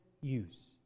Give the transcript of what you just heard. use